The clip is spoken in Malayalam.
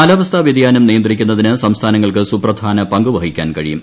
കാലാവസ്ഥാ വൃതിയാനം നിയന്ത്രിക്കുന്നതിന് സംസ്ഥാനങ്ങൾക്ക് സുപ്രധാന പങ്കുവഹിക്കാൻ കഴിയും